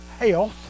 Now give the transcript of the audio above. health